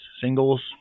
singles